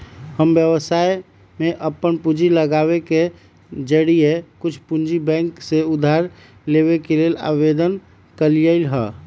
हम व्यवसाय में अप्पन पूंजी लगाबे के जौरेए कुछ पूंजी बैंक से उधार लेबे के लेल आवेदन कलियइ ह